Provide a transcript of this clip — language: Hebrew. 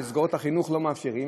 מסגרות החינוך לא מאפשרות,